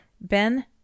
Ben